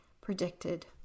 predicted